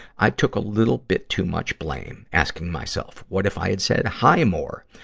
i took a little bit too much blame, asking myself, what if i had said hi more?